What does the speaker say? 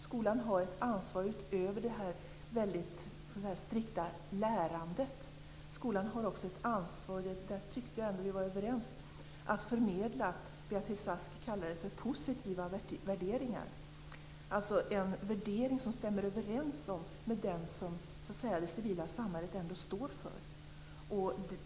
Skolan har ett ansvar utöver det väldigt strikta lärandet. Skolan har också ett ansvar, och där tyckte jag ändå att vi var överens, att förmedla det som Beatrice Ask kallar för positiva värderingar. Det handlar alltså om en värdering som stämmer överens med den som det civila samhället står för.